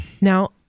Now